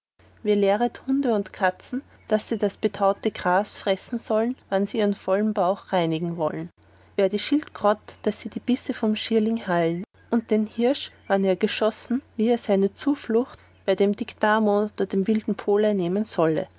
lehret hunde und katzen daß sie das betaute gras fressen sollen wann sie ihren vollen bauch reinigen wollen wer die schildkrott wie sie die bisse mit schierling heilen und den hirsch wann er geschossen wie er seine zuflucht zu dem dictamno oder wilden polei nehmen solle